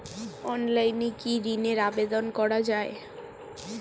অনলাইনে কি ঋনের আবেদন করা যায়?